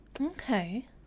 Okay